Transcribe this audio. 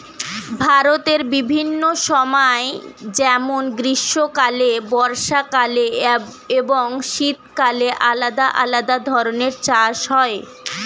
ভারতের বিভিন্ন সময় যেমন গ্রীষ্মকালে, বর্ষাকালে এবং শীতকালে আলাদা আলাদা ধরনের চাষ হয়